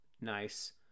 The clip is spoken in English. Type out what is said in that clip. Nice